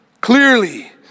clearly